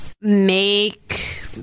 Make